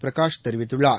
பிரகாஷ் தெரிவித்துள்ளார்